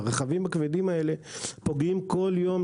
הרכבים הכבדים האלה פוגעים כל יום.